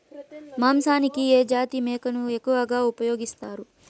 మాంసానికి ఏ జాతి మేకను ఎక్కువగా ఉపయోగిస్తారు?